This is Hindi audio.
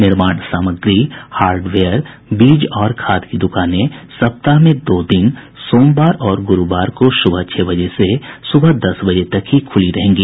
निर्माण सामग्री हार्डवेयर बीज और खाद की दुकानें सप्ताह में दो दिन सोमवार और गुरुवार को सुबह छह बजे से सुबह दस बजे तक खुली रहेंगी